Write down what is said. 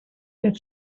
that